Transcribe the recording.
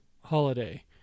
holiday